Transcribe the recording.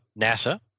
NASA